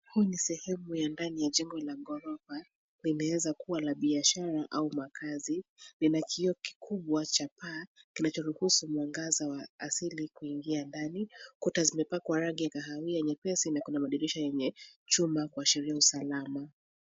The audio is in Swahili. Huu ni sehemu ya ndani ya jengo la ghorofa, linaweza kuwa na biashara au makazi. Lina kioo kikubwa cha paa, kinachoruhusu mwangaza wa asili kuingia ndani. Kuta zimepakwa rangi ya kahawia nyepesi na kuna madirisha yenye chuma kuashiria usalama.